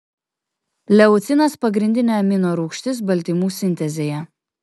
leucinas pagrindinė amino rūgštis baltymų sintezėje